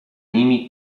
nimi